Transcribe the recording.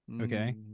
okay